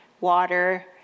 water